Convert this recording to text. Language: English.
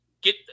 get